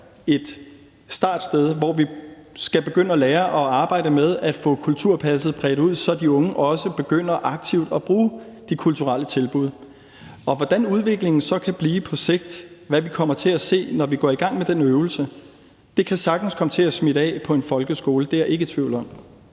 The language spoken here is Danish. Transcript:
et startsted, hvor vi skal begynde at lære og arbejde med at få kulturpasset bredt ud, så de unge også begynder aktivt at bruge de kulturelle tilbud. Hvordan udviklingen så kan blive på sigt, og hvad vi kommer til at se, når vi går i gang med den øvelse, kan sagtens komme til at smitte af på folkeskolen. Det er jeg ikke i tvivl om,